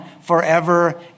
forever